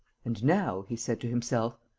and now, he said to himself,